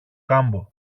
κάμπο